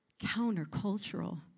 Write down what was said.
countercultural